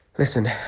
Listen